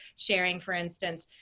sharing, for instance,